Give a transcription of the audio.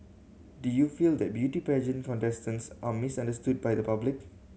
do you feel that beauty pageant contestants are misunderstood by the public